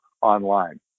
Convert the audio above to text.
online